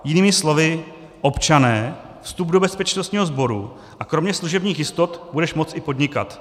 Jinými slovy, občane, vstup do bezpečnostního sboru a kromě služebních jistot budeš moct i podnikat.